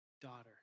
daughter